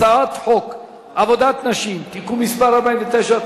הצעת חוק עבודת נשים (תיקון מס' 49),